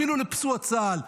אפילו לפצוע צה"ל,